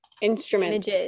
instruments